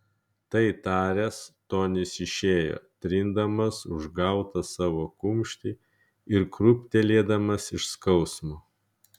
tai taręs tonis išėjo trindamas užgautą savo kumštį ir krūptelėdamas iš skausmo